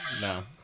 no